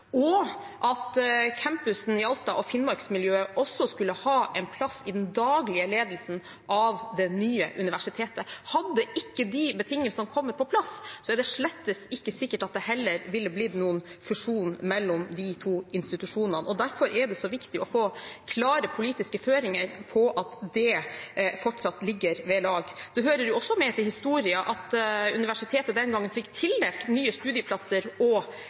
og at campusen i Alta og Finnmarks-miljøet også skulle ha en plass i den daglige ledelsen av det nye universitetet. Hadde ikke de betingelsene kommet på plass, er det slett ikke sikkert at det ville blitt noen fusjon mellom de to institusjonene, og derfor er det så viktig å få klare politiske føringer på at det fortsatt står ved lag. Det hører også med til historien at universitetet den gangen fikk tildelt nye studieplasser og